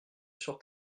sur